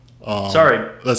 Sorry